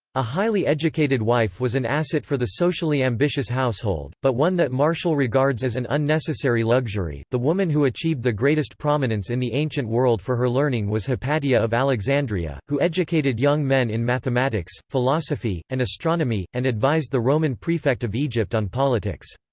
a highly educated wife was an asset for the socially ambitious household, but one that martial regards as an unnecessary luxury the woman who achieved the greatest prominence in the ancient world for her learning was hypatia of alexandria, who educated young men in mathematics, philosophy, and astronomy, and advised the roman prefect of egypt on politics.